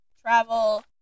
travel